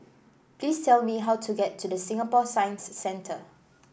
please tell me how to get to The Singapore Science Centre